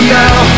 now